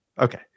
Okay